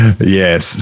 yes